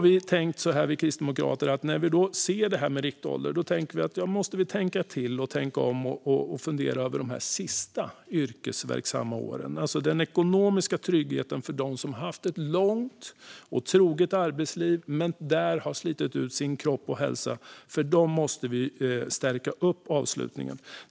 Vi kristdemokrater har när vi ser detta med riktålder sett att vi måste tänka till, tänka om och fundera över de sista yrkesverksamma åren. Det handlar om den ekonomiska tryggheten för dem som har haft ett långt arbetsliv men som där har slitit ut sin kropp och hälsa. För dem måste vi stärka upp avslutningen.